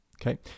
Okay